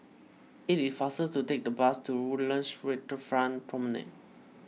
it is faster to take the bus to Woodlands Waterfront Promenade